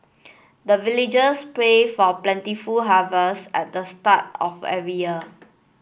the villagers pray for plentiful harvest at the start of every year